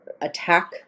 attack